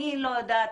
אני לא יודעת,